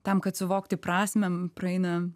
tam kad suvokti prasmę praeina